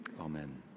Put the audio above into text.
amen